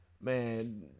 man